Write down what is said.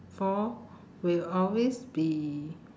for will always be